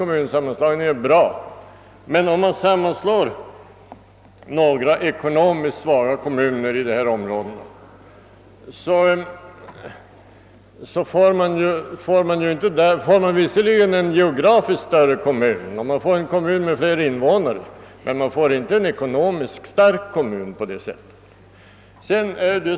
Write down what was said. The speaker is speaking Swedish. Kommunsammanslagning är nog bra, men om man sammanslår några ekonomiskt svaga kommuner i detta område, så får man visserligen en geografiskt större kommun med fler invånare, men man får inte en ekonomiskt stark kommun på det sättet.